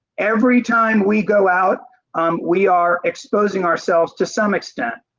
every time we go out um we are exposing ourselves to some extent.